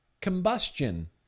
combustion